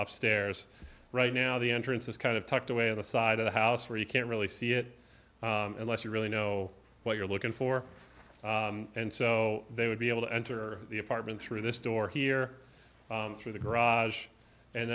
up stairs right now the entrance is kind of tucked away in the side of the house where you can't really see it unless you really know what you're looking for and so they would be able to enter the apartment through this door here through the garage and